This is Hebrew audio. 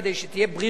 כדי שתהיה ברירות